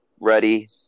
ready